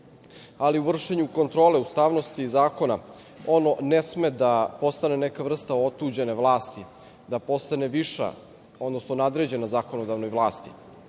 ali u vršenju kontrole ustavnosti zakona ono ne sme da postane neka vrsta otuđene vlasti, da postane viša, odnosno nadređena zakonodavnoj vlasti.